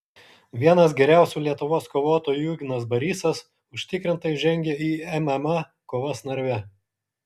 vienas geriausių lietuvos kovotojų ignas barysas užtikrintai žengė į mma kovas narve